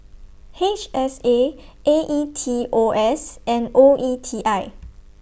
H S A A E T O S and O E T I